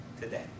today